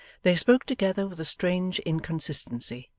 they spoke together with a strange inconsistency,